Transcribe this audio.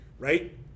Right